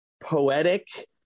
poetic